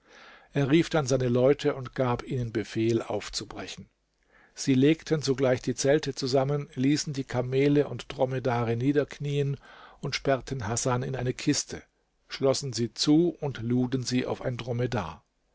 er rief dann seine leute und gab ihnen befehl aufzubrechen sie legten sogleich die zelte zusammen ließen die kamele und dromedare niederknien und sperrten hasan in eine kiste schlossen sie zu und luden sie auf ein dromedar